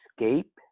escape